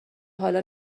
حالا